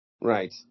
Right